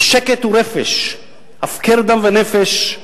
"הפקר דם ונפש/